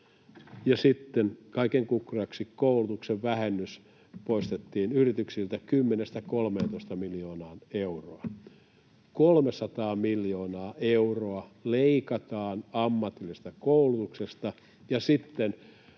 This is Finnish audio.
sitten kaiken kukkuraksi koulutuksen vähennys poistettiin yrityksiltä, 10—13 miljoonaa euroa. 300 miljoonaa euroa leikataan ammatillisesta koulutuksesta